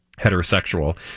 heterosexual